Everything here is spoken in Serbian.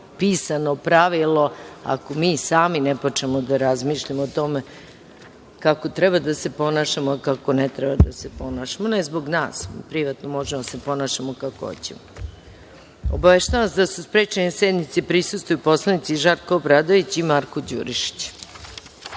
pisano pravilo ako mi sami ne počnemo da razmišljamo o tome kako treba da se ponašamo, a kako ne treba da se ponašamo. Ne zbog nas, privatno možemo da se ponašamo kako hoćemo. Obaveštavam vas da su sprečeni da sednici prisustvuju poslanici Žarko Obradović i Marko